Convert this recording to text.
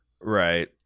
Right